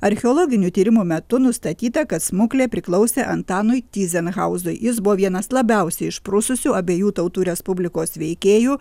archeologinių tyrimų metu nustatyta kad smuklė priklausė antanui tyzenhauzui jis buvo vienas labiausiai išprususių abiejų tautų respublikos veikėjų